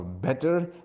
better